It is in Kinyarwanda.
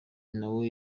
nawe